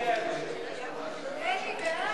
ההסתייגות של קבוצת סיעת